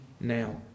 now